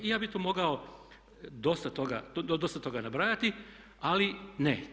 I ja bih tu mogao dosta toga nabrajati, ali ne.